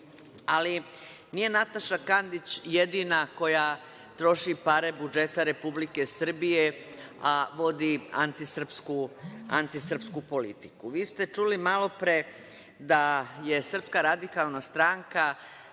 nije Nataša Kandić jedina koja troši pare budžeta Republike Srbije, a vodi antisrpsku politiku. Vi ste čuli malopre da je Srpska radikalna stranka,